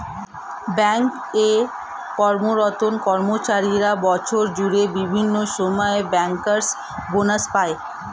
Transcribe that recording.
bank এ কর্মরত কর্মচারীরা বছর জুড়ে বিভিন্ন সময়ে ব্যাংকার্স বনাস পায়